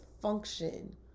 function